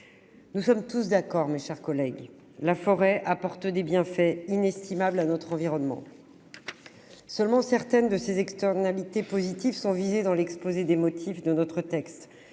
Nous sommes tous d'accord : la forêt apporte des bienfaits inestimables à notre environnement. Seules certaines de ses externalités positives sont visées dans l'exposé des motifs. Bien entendu,